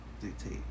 dictate